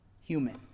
human